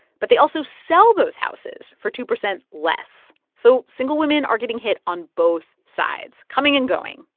but they also sell those houses for two percent less. so single women are getting hit on both sides coming and going.